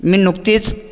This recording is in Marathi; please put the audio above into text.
मी नुकतीच